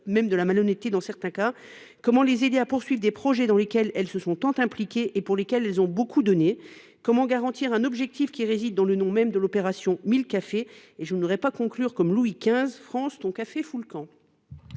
dire de la malhonnêteté dans certains cas ? Comment les aider à poursuivre des projets dans lesquels elles se sont tant impliquées et pour lesquels elles ont beaucoup donné ? Comment garantir un objectif qui réside dans le nom même de l’opération :« 1 000 cafés »? Je ne voudrais pas conclure comme on l’a fait à propos de Louis XV :« France, ton café fout le camp